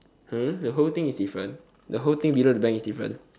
!huh! the whole thing is different the whole thing below the bank is different